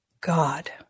God